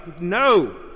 no